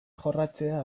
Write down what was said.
jorratzea